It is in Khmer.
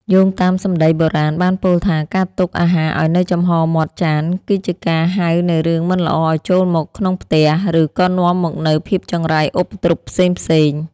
យោងតាមសម្តីបុរាណបានពោលថាការទុកអាហារឱ្យនៅចំហរមាត់ចាន គឺជាការហៅនូវរឿងមិនល្អឱ្យចូលមកក្នុងផ្ទះ ឬក៏នាំមកនូវភាពចង្រៃឧបទ្រពផ្សេងៗ។